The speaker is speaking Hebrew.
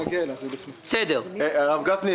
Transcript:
הרב גפני,